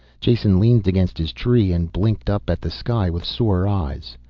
jason leaned against his tree and blinked up at the sky with sore eyes.